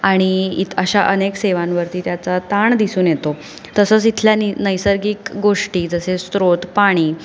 आणि इतर अशा अनेक सेवांवरती त्याचा ताण दिसून येतो तसंच इथल्या आणि नैसर्गिक गोष्टी जसे स्त्रोत पाणी